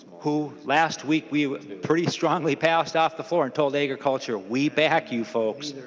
who last week we pretty strongly passed off the floor and told agriculture we back you folks.